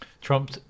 Trump